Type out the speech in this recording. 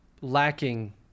lacking